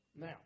Now